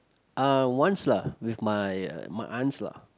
uh once lah with my uh my aunts lah